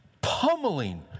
pummeling